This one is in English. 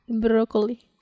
broccoli